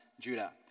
Judah